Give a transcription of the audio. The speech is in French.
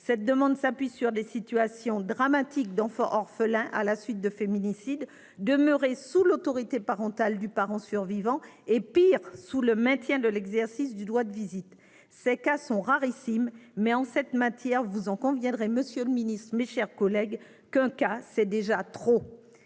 Cette demande se justifie par les situations dramatiques que vivent les enfants orphelins à la suite de féminicides, qui sont restés sous l'autorité parentale du parent survivant, voire pire, sous la menace de l'exercice du droit de visite. Ces cas sont rarissimes, mais en la matière- vous en conviendrez, monsieur le ministre, mes chers collègues -, un cas c'est déjà trop